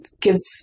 gives